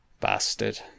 Bastard